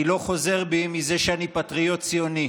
אני לא חוזר בי מזה שאני פטריוט ציוני.